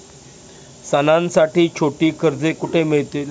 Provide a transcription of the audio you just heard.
सणांसाठी छोटी कर्जे कुठे मिळतील?